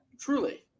truly